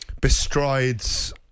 bestrides